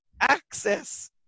access